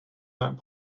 that